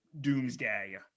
Doomsday